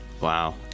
Wow